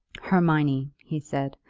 hermione, he said,